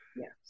Yes